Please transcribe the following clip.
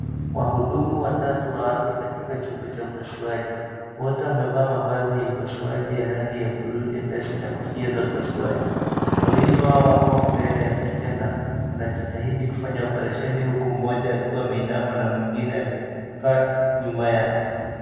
Wahudumu watatu wa afya katika chumba cha upasuaji. Wote wamevaa mavazi ya upasuaji ya rangi ya buluu mepesi na kofia za upasuaji. Wawili wao wako mbele ya picha na wanajitahidi kufanya opereshei huku mmoja ameinama na mwingine amekaa nyuma yake.